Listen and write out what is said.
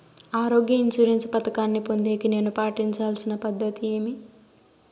ఆరోగ్య ఇన్సూరెన్సు పథకాన్ని పొందేకి నేను పాటించాల్సిన పద్ధతి ఏమి?